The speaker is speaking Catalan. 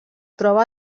troba